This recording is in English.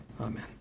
Amen